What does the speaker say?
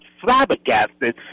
flabbergasted